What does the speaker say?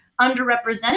underrepresented